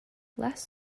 last